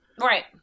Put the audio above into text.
Right